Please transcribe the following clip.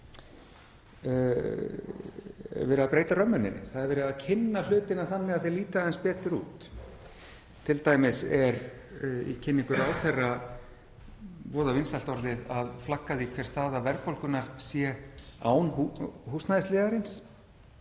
er verið að breyta römmuninni. Það er verið að kynna hlutina þannig að þeir líti aðeins betur út. Til dæmis er í kynningu ráðherra voða vinsælt orðið að flagga því hver staða verðbólgunnar sé án húsnæðisliðarins.